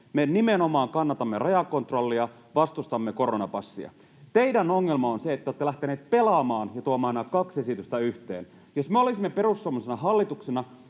nimenomaan kannatamme rajakontrollia ja vastustamme koronapassia. Teidän ongelmanne on se, että te olette lähteneet pelaamaan ja tuomaan nämä kaksi esitystä yhteen. Jos me olisimme perussuomalaisina hallituksessa